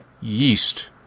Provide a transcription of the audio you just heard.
yeast